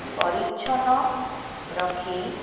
ପରିଚ୍ଛନ ରଖି